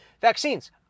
vaccines